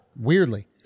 Weirdly